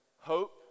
Hope